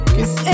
Cause